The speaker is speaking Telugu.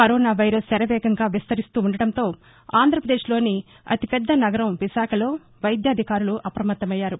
కరోనా వైరస్ శరవేగంగా విస్తరిస్తుండడంతో ఆంధ్రప్రదేశ్ లోని అతి పెద్ద నగరం విశాఖలో వైద్య అధికారులు అప్రమత్తమయ్యారు